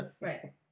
right